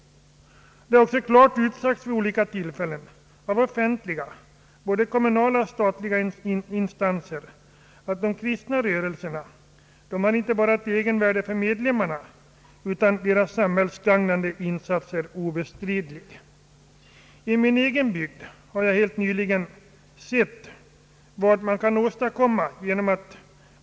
Det är också klart utsagt vid olika tillfällen av offentliga instanser, både statliga och kommunala, att de kristna rörelserna har ett värde inte bara för medlemmarna. Deras samhällsgagnande insats är obestridlig. I min egen bygd har jag helt nyligen sett vad man kan åstadkomma.